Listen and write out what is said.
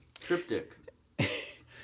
Triptych